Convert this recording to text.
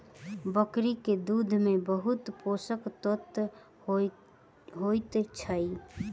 बकरी के दूध में बहुत पोषक तत्व होइत अछि